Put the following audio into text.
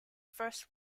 first